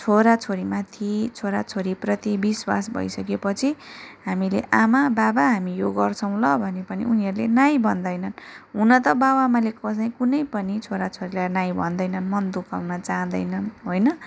छोराछोरीमाथि छोराछोरीप्रति विश्वास भइसकेपछि हामीले आमा बाबा हामी यो गर्छौँ ल भने पनि उनीहरूले नाई भन्दैनन् हुन त बाउ आमाले कसै कुनै पनि छोराछोरीलाई नाई भन्दैनन् मन दुखाउन चाहदैन होइन